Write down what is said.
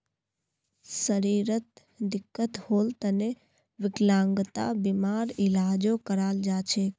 शरीरत दिक्कत होल तने विकलांगता बीमार इलाजो कराल जा छेक